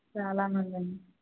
చాలా మంది